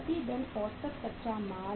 प्रति दिन औसत कच्चा माल